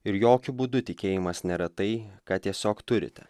ir jokiu būdu tikėjimas nėra tai ką tiesiog turite